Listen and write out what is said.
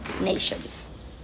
nations